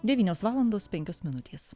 devynios valandos penkios minutės